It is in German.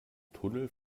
tunnel